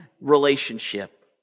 relationship